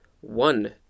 one